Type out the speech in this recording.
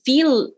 Feel